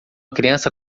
criança